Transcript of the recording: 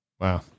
Wow